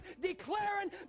declaring